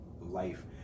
life